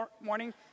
morning